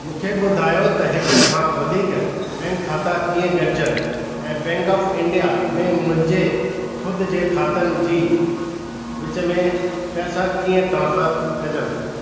मूंखे ॿुधायो त हिकु खां वधीक बैंक खाता कीअं गॾिजनि ऐं बैंक ऑफ इंडिया में मुंहिंजे ख़ुदि जे खातनि जी विच में पैसा कीअं ट्रान्सफर कजनि